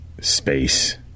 space